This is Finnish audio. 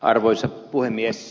arvoisa puhemies